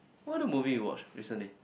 what other movie you watch recently